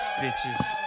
bitches